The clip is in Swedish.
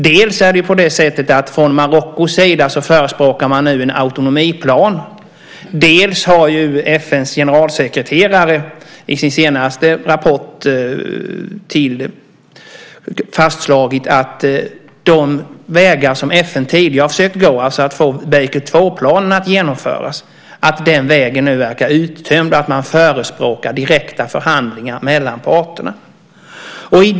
Dels förespråkar man nu från Marockos sida en autonomiplan, dels har FN:s generalsekreterare i sin senaste rapport fastslagit att den väg som FN tidigare har försökt gå - det vill säga att få Baker 2-planen att genomföras - nu verkar uttömd. Man förespråkar direkta förhandlingar mellan parterna.